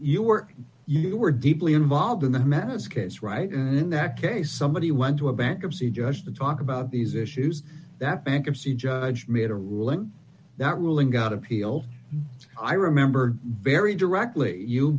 were you were deeply involved in the man's case right in that case somebody went to a bankruptcy judge to talk about these issues that bankruptcy judge made a ruling that ruling got appeal i remember very directly you